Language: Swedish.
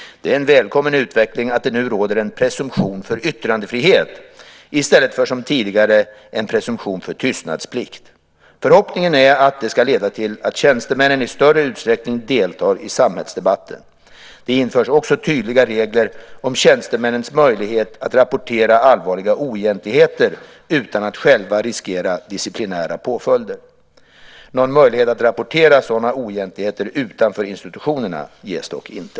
Det är en välkommen utveckling att det nu råder en presumtion för yttrandefrihet, i stället för som tidigare en presumtion för tystnadsplikt. Förhoppningen är att detta ska leda till att tjänstemännen i större utsträckning deltar i samhällsdebatten. Det införs också tydliga regler om tjänstemännens möjlighet att rapportera allvarliga oegentligheter, utan att själva riskera disciplinära påföljder. Någon möjlighet att rapportera sådana oegentligheter utanför institutionerna ges dock inte.